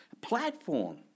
platform